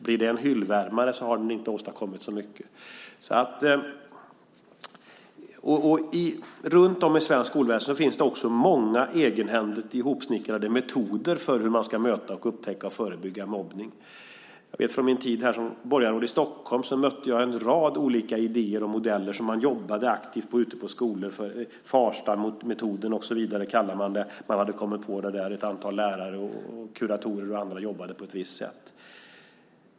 Blir den en hyllvärmare har den inte åstadkommit så mycket. Runt om i svenskt skolväsende finns det också många egenhändigt hopsnickrade metoder för hur man ska möta, upptäcka och förebygga mobbning. Under min tid som borgarråd här i Stockholm mötte jag en rad olika idéer och modeller som man jobbade aktivt med ute på skolor. Farstametoden är ett exempel där ett antal lärare och kuratorer jobbade på ett visst sätt.